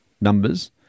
numbers